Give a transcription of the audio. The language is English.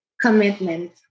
commitment